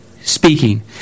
speaking